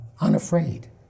unafraid